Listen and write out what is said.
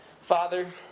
Father